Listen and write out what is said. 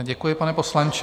Děkuji, pane poslanče.